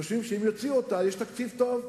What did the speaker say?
שחושבים שאם יוציאו אותה יש תקציב טוב.